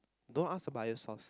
don't ask a bias source